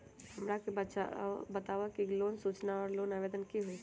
हमरा के बताव कि लोन सूचना और लोन आवेदन की होई?